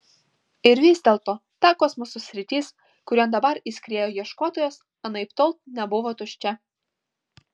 ir vis dėlto ta kosmoso sritis kurion dabar įskriejo ieškotojas anaiptol nebuvo tuščia